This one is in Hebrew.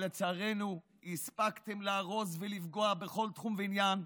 אבל לצערנו הספקתם להרוס ולפגוע בכל תחום ועניין,